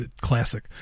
classic